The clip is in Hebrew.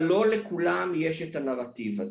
אבל לא לכולם יש את הנרטיב הזה,